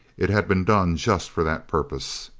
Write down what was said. it had been done just for that purpose,